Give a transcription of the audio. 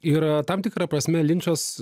ir tam tikra prasme linčas